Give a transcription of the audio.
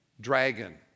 dragon